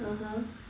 (uh huh)